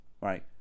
Right